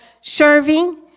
serving